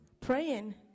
praying